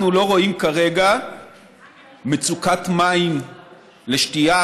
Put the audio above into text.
אנחנו לא רואים כרגע מצוקת מים לשתייה,